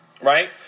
Right